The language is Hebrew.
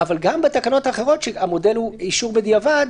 אבל גם בתקנות אחרות שהמודל הוא אישור בדיעבד.